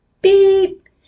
Beep